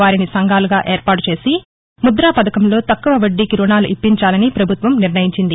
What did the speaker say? వారిని సంఘాలుగా ఏర్పాటు చేసి ముద్ర పథకంలో తక్కువ వడ్డీకి రుణాలు ఇప్పించాలని ప్రభుత్వం నిర్ణయించింది